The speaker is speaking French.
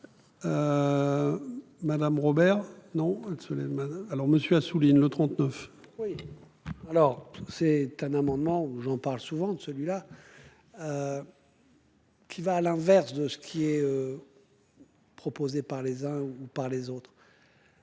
Madame Robert, non elle Suleiman. Alors monsieur Assouline le 39 oui. Alors c'est un amendement ou j'en parle souvent de celui-là. Qui va à l'inverse de ce qui est. Proposée par les uns ou par les autres.